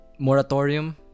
Moratorium